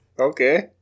Okay